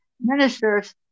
ministers